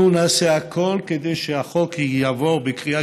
אנחנו נעשה הכול כדי שהחוק יעבור בקריאה